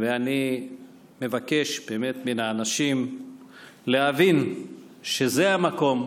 ואני מבקש באמת מן האנשים להבין שזה המקום,